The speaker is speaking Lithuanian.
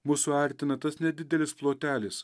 mus suartina tas nedidelis plotelis